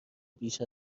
بیش